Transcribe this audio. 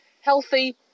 healthy